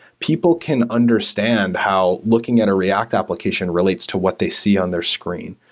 people can understand how looking at a react application re lates to what they see on their screen.